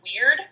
weird